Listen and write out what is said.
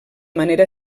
manera